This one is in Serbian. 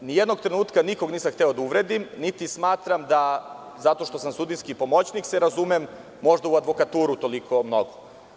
Ni jednog trenutka nikog nisam hteo da uvredim, niti smatram da zato što sam sudijski pomoćnik se razumem možda u advokaturu toliko mnogo.